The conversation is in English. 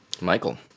michael